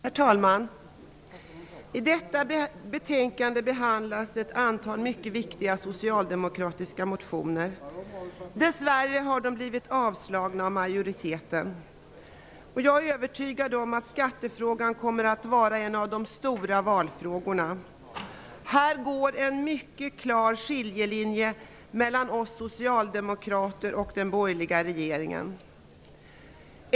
Herr talman! I detta betänkande behandlas ett antal mycket viktiga socialdemokratiska motioner. Dess värre har de avstyrkts av majoriteten i utskottet. Jag är övertygad om att skattefrågan kommer att vara en av de stora valfrågorna. Här går en mycket klar skiljelinje mellan oss socialdemokrater och den borgerliga regeringen.